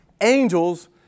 Angels